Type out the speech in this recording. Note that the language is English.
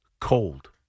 cold